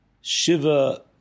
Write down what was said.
Shiva